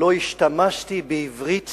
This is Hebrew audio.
לא השתמשתי בעברית